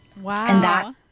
Wow